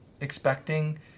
expecting